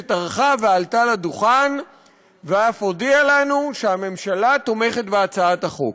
והיא טרחה ועלתה לדוכן ואף הודיעה לנו שהממשלה תומכת בהצעת החוק.